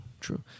true